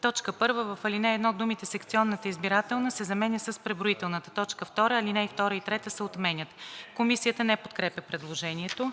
1. В ал. 1 думите „секционната избирателна“ се заменя с „преброителната“. 2. Алинеи 2 и 3 се отменят.“ Комисията не подкрепя предложението.